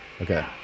Okay